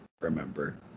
remember